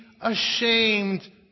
ashamed